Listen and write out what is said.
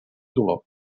dolor